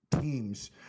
teams